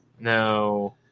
No